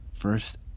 first